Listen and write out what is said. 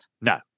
no